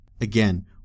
Again